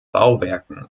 bauwerken